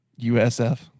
USF